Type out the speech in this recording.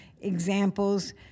examples